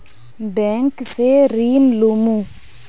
Bank से ऋण लुमू?